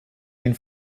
den